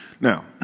Now